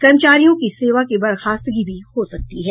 कर्मचारियों की सेवा की बर्खास्तगी भी हो सकती है